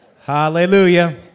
hallelujah